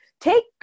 take